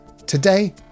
Today